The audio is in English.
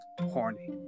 horny